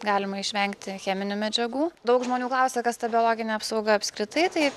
galima išvengti cheminių medžiagų daug žmonių klausia kas ta biologinė apsauga apskritai tai